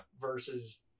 Versus